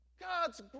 God's